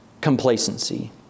complacency